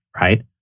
right